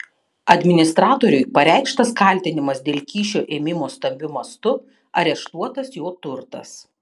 administratoriui pareikštas kaltinimas dėl kyšio ėmimo stambiu mastu areštuotas jo turtas